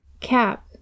Cap